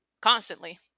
constantly